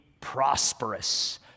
prosperous